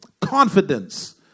Confidence